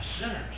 sinners